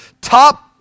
top